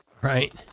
Right